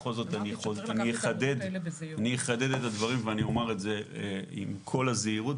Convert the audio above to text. בכל זאת אני אחדד את הדברים ואני אומר את זה עם כל הזהירות,